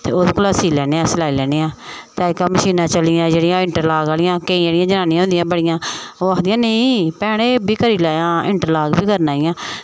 ते ओह्दे कोला सी लैन्ने आं सलाई लैन्ने आं ते अज्जकल मशीनां चली दियां जेह्ड़ियां इन्टरलाक आह्लियां केईं जेह्ड़ियां जनानियां होंदियां बड़ियां ओह् आखदियां नेईं भैनें एह् बी करी लैएयां इंन्ट्रलाक बी करी करना ई आं